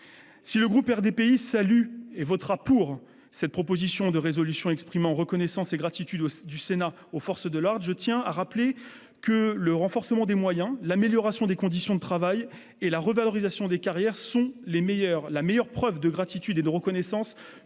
Si le groupe RDPI salue et votera pour cette proposition de résolution exprimant la gratitude et la reconnaissance du Sénat aux forces de l'ordre, je tiens à rappeler que le renforcement des moyens, l'amélioration des conditions de travail et la revalorisation des carrières sont la meilleure preuve de gratitude et de reconnaissance